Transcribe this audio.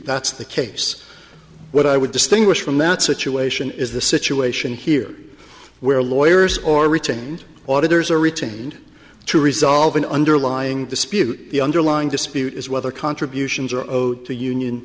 that's the case what i would distinguish from that situation is the situation here where lawyers or retained auditors are retained to resolve an underlying dispute the underlying dispute is whether contributions are owed to union